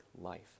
life